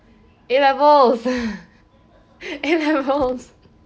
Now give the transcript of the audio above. A levels A levels